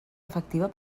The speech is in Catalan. efectiva